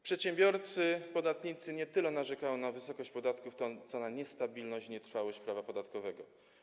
Przedsiębiorcy, podatnicy nie tyle narzekają na wysokość podatków, co na niestabilność i nietrwałość prawa podatkowego.